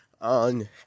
on